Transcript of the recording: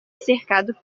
cercado